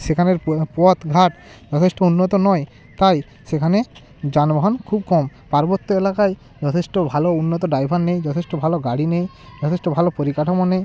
সেখানে পথ ঘাট যথেষ্ট উন্নত নয় তাই সেখানে যানবাহন খুব কম পার্বত্য এলাকায় যথেষ্ট ভালো উন্নত ড্রাইভার নেই যথেষ্ট ভালো গাড়ি নেই যথেষ্ট ভালো পরিকাঠামো নেই